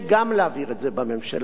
בגלל הרכבה הקואליציוני.